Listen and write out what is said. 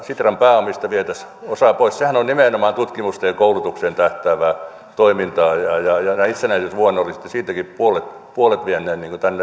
sitran pääomista vietäisiin osa pois sehän on nimenomaan tutkimukseen ja koulutukseen tähtäävää toimintaa ja näin itsenäisyysvuonna olisitte siitäkin puolet puolet vieneet